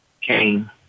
came